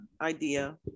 idea